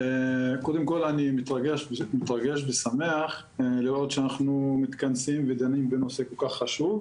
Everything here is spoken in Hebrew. קודם כל אני מתרגש ושמח לראות שאנחנו מתכנסים ודנים בנושא כל כך חשוב.